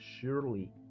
surely